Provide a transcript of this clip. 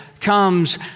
comes